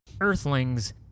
Earthlings